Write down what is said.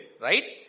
Right